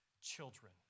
children